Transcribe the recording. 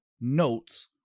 notes